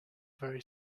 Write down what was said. very